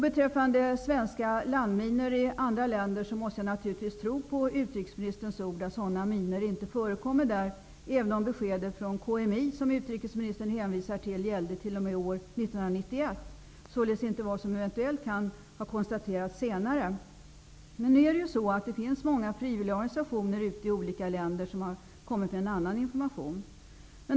Beträffande svenska landminor i andra länder måste jag naturligtvis tro på utrikesministerns ord att sådana minor inte förekommer där, även om beskedet från KMI, som utrikesministern hänvisar till, gällde t.o.m. år 1991 -- således inte vad som eventuellt kan ha konstaterats senare. Men många frivilliga organisationer i olika länder har kommit med annan information.